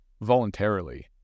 voluntarily